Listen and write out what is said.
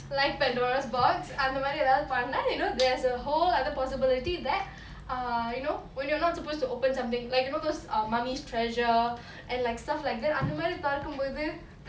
like pandora's box அந்தமாரி எதாவது பன்னா:anthamari ethavathu pannaa you know there's a whole other possibility that err you know when you're not supposed to open something like you know those um mummies treasure and like stuff like that அந்தமாரி தொரக்கும்போது:anthamari thorakumpothu